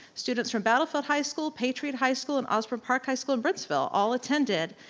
students from battlefield high school, patriot high school, and osborne park high school and brooksville all attended.